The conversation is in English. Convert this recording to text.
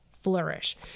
flourish